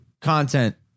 content